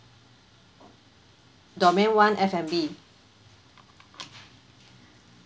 domain one F and B